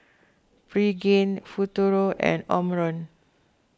Pregain Futuro and Omron